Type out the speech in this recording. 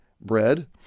bread